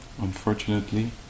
unfortunately